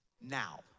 now